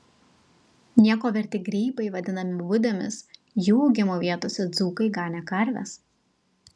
nieko verti grybai vadinami budėmis jų augimo vietose dzūkai ganė karves